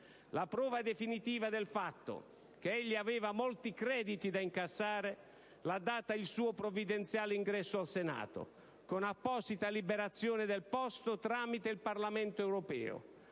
La prova definitiva del fatto che egli aveva molti crediti da incassare l'ha data il suo provvidenziale ingresso al Senato, con apposita liberazione del posto tramite il Parlamento europeo,